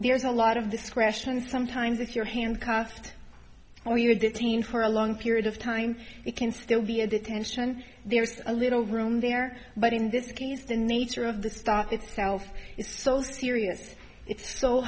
there's a lot of discretion and sometimes if your hand concept or you are detained for a long period of time it can still be a detention there's a little room there but in this case the nature of the stop itself is so serious it's so